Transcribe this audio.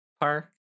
park